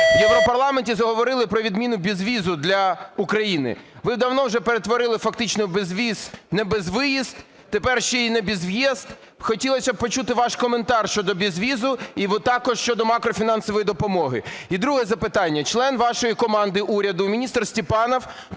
в Європарламенті заговорили про відміну безвізу для України. Ви давно вже перетворили фактично безвіз на безвиїзд, тепер ще й на безв'їзд, хотілось би почути ваш коментар щодо безвізу і також щодо макрофінансової допомоги. І друге запитання. Член вашої команди уряду міністр Степанов